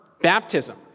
baptism